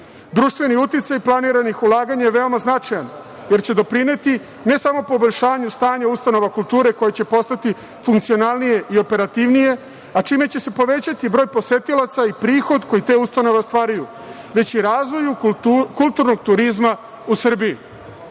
Društveni uticaj planiranih ulaganja je veoma značajan jer će doprineti ne samo poboljšanju stanja ustanova kulture koje će postati funkcionalnije i operativnije, a čime će se povećati broj posetilaca i prihod koji te ustanove ostvaruju, već i razvoju kulturnog turizma u Srbiji. Zato,